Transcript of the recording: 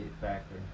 factor